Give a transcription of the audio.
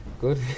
good